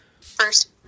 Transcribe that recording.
first